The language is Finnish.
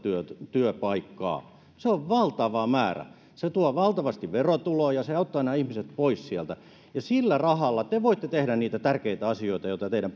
työpaikkaa se on valtava määrä se tuo valtavasti verotuloja se auttaa nämä ihmiset pois sieltä ja sillä rahalla te voitte tehdä niitä tärkeitä asioita joita teidän